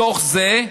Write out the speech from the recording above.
בתוך זה,